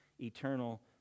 eternal